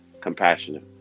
compassionate